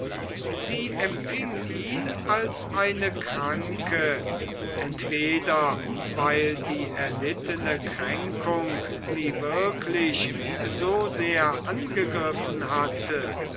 sie empfing ihn als eine kranke entweder weil die erlittene kränkung sie wirklich so sehr angegriffen hatte